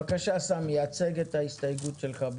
בבקשה סמי, הצג את ההסתייגות שלך.